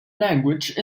language